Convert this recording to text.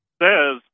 says